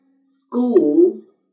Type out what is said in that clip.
schools